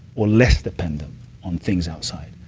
or less dependent on, things outside?